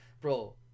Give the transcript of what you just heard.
Bro